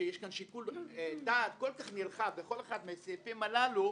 שיש פה שיקול דעת כל כך נרחב לכל אחד מהסעיפים האלה,